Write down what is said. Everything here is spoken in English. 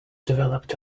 developed